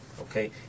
okay